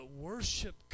worship